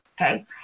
Okay